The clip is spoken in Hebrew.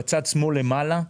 בצד שמאל למעלה,